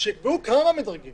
שיקבעו כמה מדרגים